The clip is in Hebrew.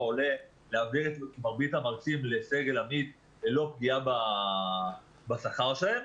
עולה להעביר את מרבית המרצים לסגל עמית ללא פגיעה בשכר שלהם.